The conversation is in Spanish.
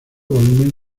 volumen